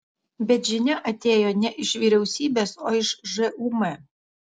bet žinia atėjo ne iš vyriausybės o iš žūm